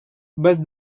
burst